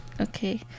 Okay